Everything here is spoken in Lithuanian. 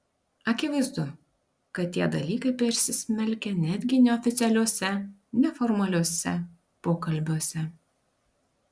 akivaizdu kad tie dalykai persismelkia netgi neoficialiuose neformaliuose pokalbiuose